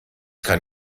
kann